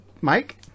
mike